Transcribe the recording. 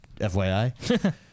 FYI